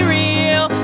real